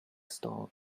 store